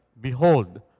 behold